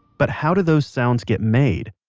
but how do those sounds get made?